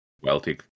wealthy